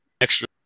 extra